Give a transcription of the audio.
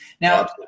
Now